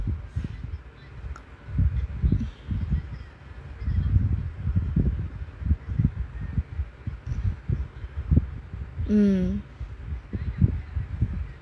um